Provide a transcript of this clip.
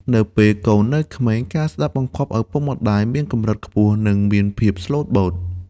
នៅពេលកូននៅក្មេង ការស្ដាប់បង្គាប់ឪពុកម្ដាយមានកម្រិតខ្ពស់ និងមានភាពស្លូតបូត។